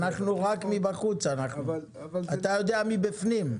אנחנו רק מבחוץ, אתה יודע מבפנים.